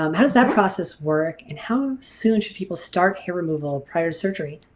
um how does that process work and how soon should people start hair removal prior to surgery?